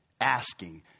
asking